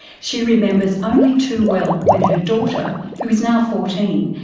she remembers only too well when her daughter, who is now fourteen,